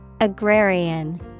Agrarian